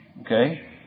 Okay